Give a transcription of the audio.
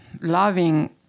loving